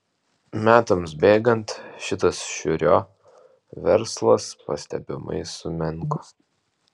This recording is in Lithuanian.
metams bėgant šitas šiurio verslas pastebimai sumenko